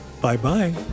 Bye-bye